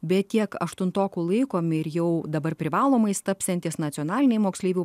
bet tiek aštuntokų laikomi ir jau dabar privalomais tapsiantys nacionaliniai moksleivių